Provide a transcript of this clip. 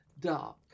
dark